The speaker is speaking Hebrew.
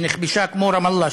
היא נכבשה כמו רמאללה,